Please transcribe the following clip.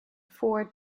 four